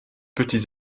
petits